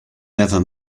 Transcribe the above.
never